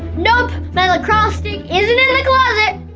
nope. my lacrosse stick isn't in the closet.